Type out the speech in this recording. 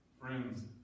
Friends